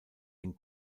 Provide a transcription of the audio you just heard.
den